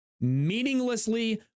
meaninglessly